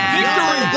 Victory